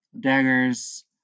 daggers